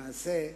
למעשה,